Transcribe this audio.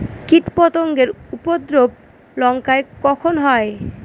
কীটপতেঙ্গর উপদ্রব লঙ্কায় কখন হয়?